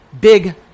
big